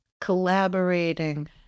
Collaborating